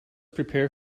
prepare